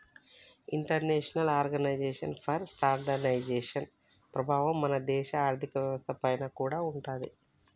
international organisation for standardisation ప్రభావం మన దేశ ఆర్ధిక వ్యవస్థ పైన కూడా ఉంటాది